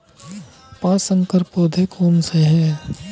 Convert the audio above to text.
पाँच संकर पौधे कौन से हैं?